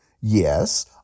Yes